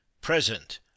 present